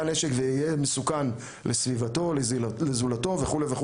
נשק ויהיה מסוכן לסביבתו או לזולתו וכולי.